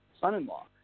son-in-law